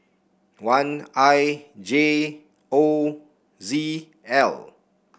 one I J O Z L